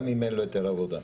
גם אם אין לו היתר עבודה.